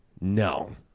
no